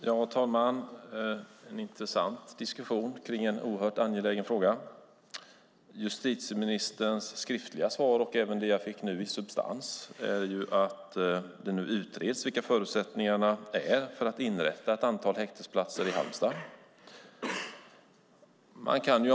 Herr talman! Det är en intressant diskussion i en oerhört angelägen fråga. Justitieministerns skriftliga svar och även det muntliga svaret jag just fick innebär att förutsättningarna för att inrätta ett antal häktesplatser i Halmstad nu utreds.